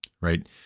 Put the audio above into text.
right